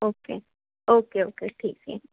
okay okay okay ठीक आहे